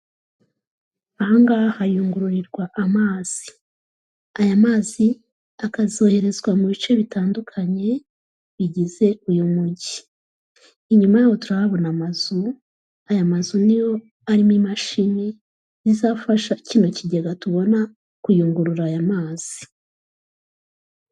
Aha ngaha hayungururirwa amazi. Aya mazi akazoherezwa mu bice bitandukanye bigize uyu mujyi. Inyuma yaho turahabona amazu, aya mazu ni yo arimo imashini zizafasha kino kigega tubona kuyungurura aya mazi.